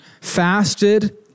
fasted